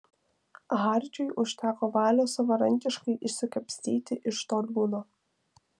hardžiui užteko valios savarankiškai išsikapstyti iš to liūno